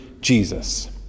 Jesus